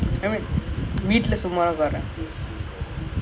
I mean I see how easy it is lah I legit know idea how to do lah